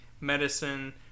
medicine